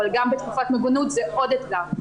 אבל גם בתקופת מוגנות זה עוד אתגר.